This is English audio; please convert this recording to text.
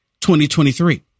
2023